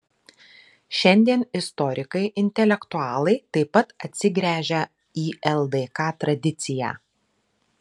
šiandien istorikai intelektualai taip pat atsigręžią į ldk tradiciją